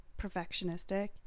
perfectionistic